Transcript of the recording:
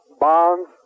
bonds